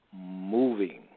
moving